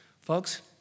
Folks